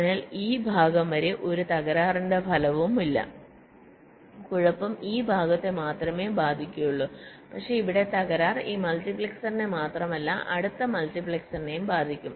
അതിനാൽ ഈ ഭാഗം വരെ ഒരു തകരാറിന്റെ ഫലവുമില്ല കുഴപ്പം ഈ ഭാഗത്തെ മാത്രമേ ബാധിക്കുകയുള്ളൂ പക്ഷേ ഇവിടെ തകരാർ ഈ മൾട്ടിപ്ലക്സറിനെ മാത്രമല്ല അടുത്ത മൾട്ടിപ്ലക്സറിനെയും ബാധിക്കും